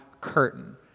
curtain